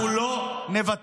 אנחנו לא נוותר.